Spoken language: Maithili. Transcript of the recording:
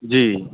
जी